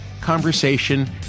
conversation